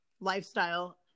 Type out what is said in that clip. lifestyle